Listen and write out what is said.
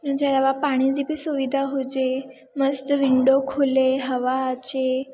इन जे अलावा पाण ई जेके सुविधा हुजे मस्तु विंडो खुले हवा अचे